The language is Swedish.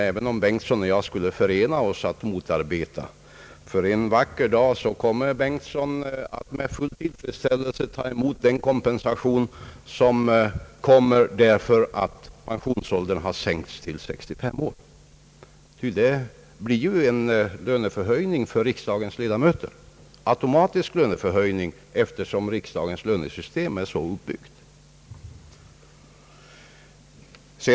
Även om herr Bengtson och jag skulle förena oss i att motarbeta sådant, så kommer herr Bengtson ändå med full tillfredställelse att ta emot den kompensation han får genom att pensionsåldern sänks till 65 år — det blir automatiskt en löneförhöjning för riksda gens ledamöter, eftersom riksdagens lönesystem är uppbyggt så.